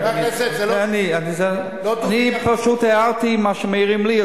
אני פשוט הערתי מה שמעירים לי,